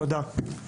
תודה.